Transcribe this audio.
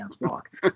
walk